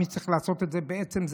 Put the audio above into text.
כי מי שצריך לעשות את זה זה אנחנו,